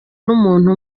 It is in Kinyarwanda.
n’umuntu